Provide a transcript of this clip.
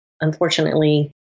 unfortunately